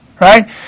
Right